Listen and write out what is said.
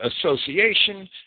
association